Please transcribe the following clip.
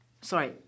sorry